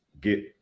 get